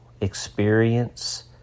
experience